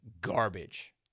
garbage